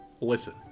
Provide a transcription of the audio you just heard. Listen